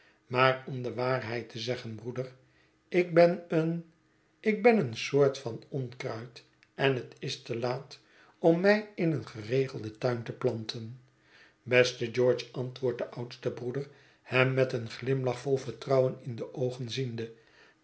maar om de waarheid te zeggen broeder ik ben een ik ben een soort van onkruid en het is te laat om mij in een geregelden tuin te planten beste george antwoordt de oudste broeder hem met een glimlach vol vertrouwen in de oogen ziende